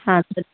ആ അതെ